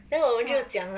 !wah!